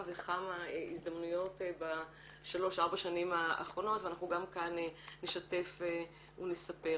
וכמה הזדמנויות בשלוש-ארבע שנים האחרונות ואנחנו גם כאן נשתף ונספר.